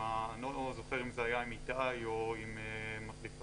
לא זוכר אם זה היה עם איתי או עם מחליפתו,